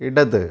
ഇടത്